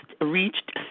reached